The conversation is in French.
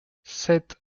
sept